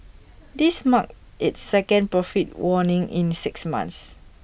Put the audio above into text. this marked its second profit warning in six months